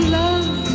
love